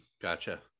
Gotcha